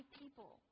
people